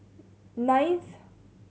ninth